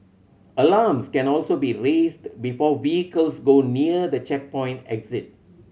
alarms can also be raised before vehicles go near the checkpoint exit